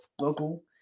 local